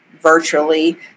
virtually